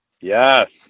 Yes